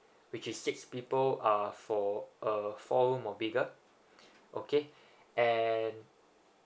which is six people uh for a four room or bigger okay and